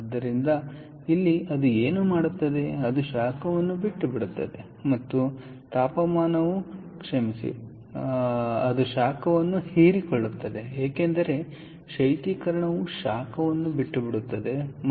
ಆದ್ದರಿಂದ ಇಲ್ಲಿ ಅದು ಏನು ಮಾಡುತ್ತದೆ ಅದು ಶಾಖವನ್ನು ಬಿಟ್ಟುಬಿಡುತ್ತದೆ ಮತ್ತು ಆದ್ದರಿಂದ ತಾಪಮಾನವು ಹೋಗುತ್ತದೆ ಅದು ಶಾಖವನ್ನು ಹೀರಿಕೊಳ್ಳುತ್ತದೆ ಏಕೆಂದರೆ ಶೈತ್ಯೀಕರಣವು ಶಾಖವನ್ನು ಬಿಟ್ಟುಬಿಡುತ್ತದೆ ಮತ್ತು